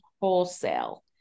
wholesale